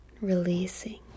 Releasing